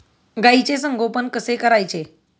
गाईचे संगोपन कसे करायचे?